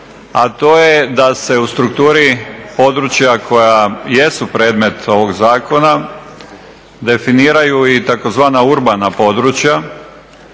a to je da se u strukturi područja koja jesu predmet ovog zakona definiraju i tzv. urbana područja.